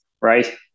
right